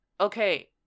okay